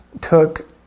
took